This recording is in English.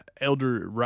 Elder